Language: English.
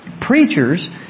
preachers